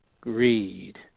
greed